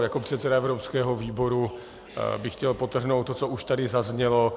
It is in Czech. Jako předseda evropského výboru bych chtěl podtrhnout to, co už tady zaznělo.